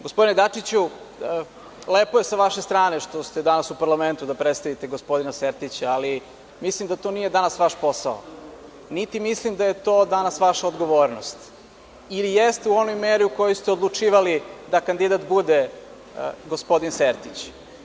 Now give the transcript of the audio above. Gospodine Dačiću lepo je sa vaše strane što ste danas u parlamentu da predstavite gospodina Sertića, ali mislim da to nije danas vaš posao, niti mislim da je to danas vaša odgovornost ili jeste u onoj meri u koju ste odlučivali da kandidat bude gospodin Sertić.